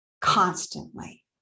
constantly